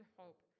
hope